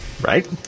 right